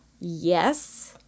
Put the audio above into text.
yes